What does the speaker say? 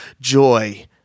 joy